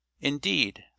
Indeed